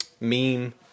meme